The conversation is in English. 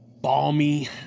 balmy